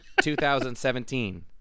2017